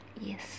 yes